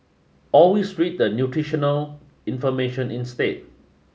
always read the nutritional information instead